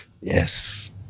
Yes